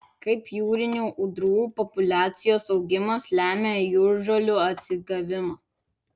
kaip jūrinių ūdrų populiacijos augimas lemia jūržolių atsigavimą